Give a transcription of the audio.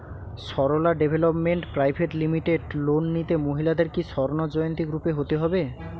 Sarala development private limited loan নিতে মহিলাদের কি স্বর্ণ জয়ন্তী গ্রুপে হতে হবে?